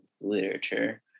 literature